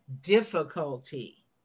difficulty